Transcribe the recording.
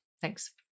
Thanks